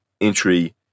entry